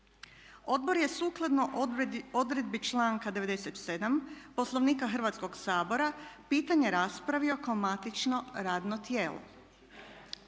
Odbor je sukladno odredbi članka 97. Poslovnika Hrvatskog sabora pitanje raspravio kao matično radno tijelo.